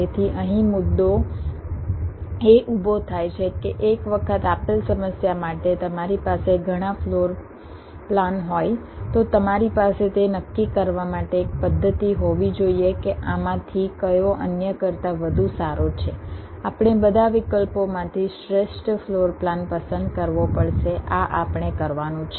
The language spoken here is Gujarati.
તેથી અહીં મુદ્દો એ ઊભો થાય છે કે એક વખત આપેલ સમસ્યા માટે તમારી પાસે ઘણા ફ્લોર પ્લાન હોય તો તમારી પાસે તે નક્કી કરવા માટે એક પદ્ધતિ હોવી જોઈએ કે આમાંથી કયો અન્ય કરતાં વધુ સારો છે આપણે બધા વિકલ્પોમાંથી શ્રેષ્ઠ ફ્લોર પ્લાન પસંદ કરવો પડશે આ આપણે કરવાનું છે